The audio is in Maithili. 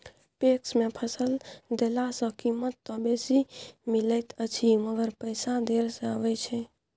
पैक्स मे फसल देला सॅ कीमत त बेसी मिलैत अछि मगर पैसा देर से आबय छै